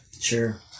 Sure